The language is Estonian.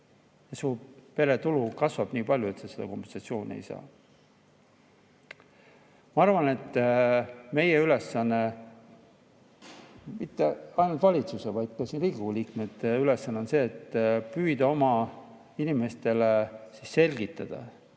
su pere tulu kasvab nii palju, et sa seda kompensatsiooni ei saa. Ma arvan, et meie ülesanne, mitte ainult valitsuse, vaid ka Riigikogu liikmete ülesanne on see, et püüda oma inimestele selgitada,